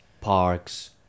parks